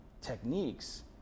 techniques